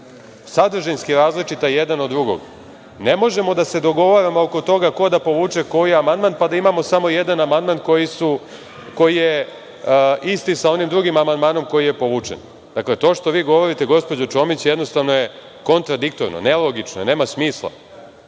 sadržinski različita jedan od drugog, ne možemo da se dogovaramo oko toga ko da povuče koji amandman, pa da imamo samo jedan amandman koji je isti sa onim drugim amandmanom koji je povučen. Dakle, to što vi govorite, gospođo Čomić, jednostavno je kontradiktorno, nelogično je, nema smisla.